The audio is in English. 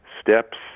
steps